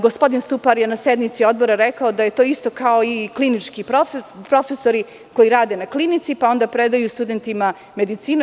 Gospodin Stupar je na sednici odbora rekao da je to isto kao i klinički profesori koji rade na klinici pa onda predaju studentima medicinu.